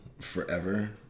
forever